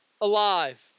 alive